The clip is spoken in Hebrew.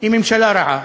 היא ממשלה רעה,